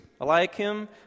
Eliakim